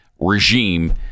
regime